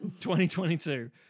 2022